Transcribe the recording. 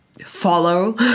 follow